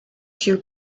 queue